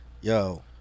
yo